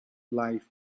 life